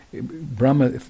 Brahma